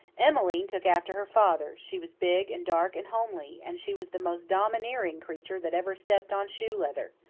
emmeline took after her father she was big and dark and homely, and she was the most domineering creature that ever stepped on shoe leather.